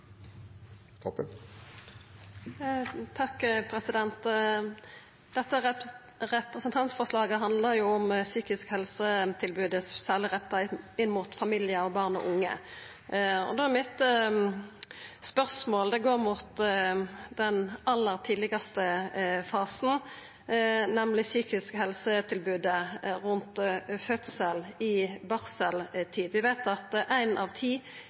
Dette representantforslaget handlar om psykisk helsetilbod, særleg retta inn mot familiar, barn og unge. Mitt spørsmål gjeld da den aller tidlegaste fasen, nemleg psykisk helsetilbod rundt fødsel, i barseltid. Vi veit at ei av ti